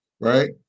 right